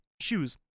shoes